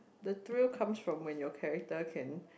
the thrill comes from when your character can